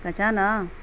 پہچانا